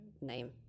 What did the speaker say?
name